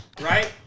Right